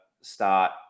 start